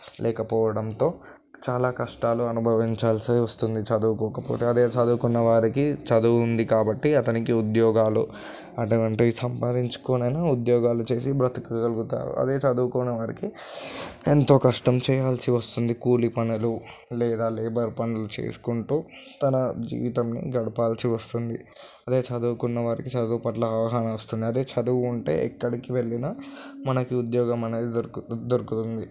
లేకపోవడంతో చాలా కష్టాలు అనుభవించాల్సి వస్తుంది చదువుకోకపోతే అదే చదువుకున్నవారికి చదువు ఉంది కాబట్టి అతనికి ఉద్యోగాలు అటువంటిది సంపాదించుకొనైనా ఉద్యోగాలు చేసి బ్రతకగలుగుతారు అదే చదువుకోని వారికి ఎంతో కష్టం చేయాల్సి వస్తుంది కూలి పనులు లేదా లేబర్ పనులు చేసుకుంటూ తన జీవితాన్ని గడపాల్సి వస్తుంది అదే చదువుకున్నవారికి చదువు పట్ల అవగాహన వస్తున్నది అదే చదువు ఉంటే ఎక్కడికి వెళ్ళినా మనకి ఉద్యోగం అనేది దొరుకు దొరుకుతుంది